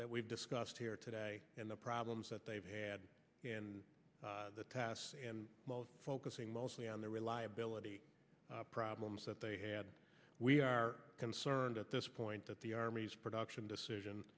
that we've discussed here today and the problems that they've had in the past and focusing mostly on the reliability problems that they had we are concerned at this point that the army's production decision